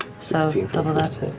so double that.